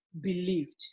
believed